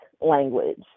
language